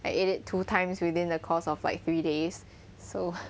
I ate it two times within the course of like three days so